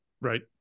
Right